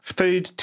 food